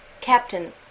Captain